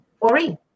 Ori